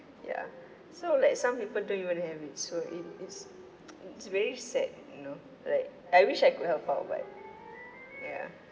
ya so like some people don't even have it so it it's it's very sad you know like I wish I could help out but ya